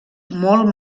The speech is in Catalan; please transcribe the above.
molt